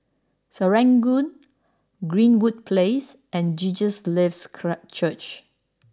Serangoon Greenwood Place and Jesus Lives clark Church